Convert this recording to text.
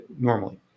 normally